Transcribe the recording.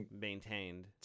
maintained